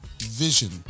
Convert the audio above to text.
vision